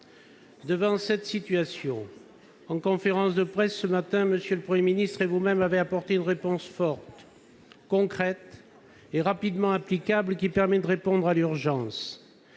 madame la ministre, en conférence de presse, ce matin, M. le Premier ministre et vous-même avez apporté une réponse forte, concrète et rapidement applicable, qui permet de faire face à l'urgence.